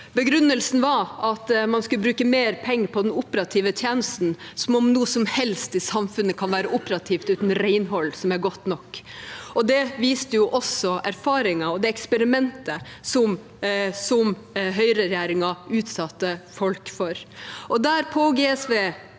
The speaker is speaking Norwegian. Begrunnelsen var at man skulle bruke mer penger på den operative tjenesten – som om noe som helst i samfunnet kan være operativt uten renhold som er godt nok. Det viste jo også erfaringen og det eksperimentet som høyreregjeringen utsatte folk for.